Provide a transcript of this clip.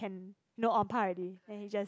you know on par already then he just